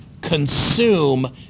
consume